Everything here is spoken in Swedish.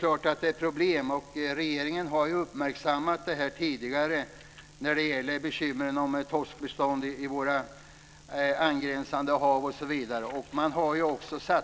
Regeringen har tidigare uppmärksammat t.ex. bekymret med torskbeståndet i våra angränsande hav. Man anslog också 20